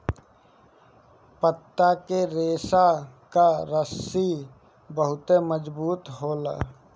पत्ता के रेशा कअ रस्सी बहुते मजबूत होला